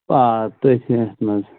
آ تٔتھۍ ژِہٕس مَنٛز